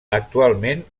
actualment